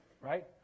Right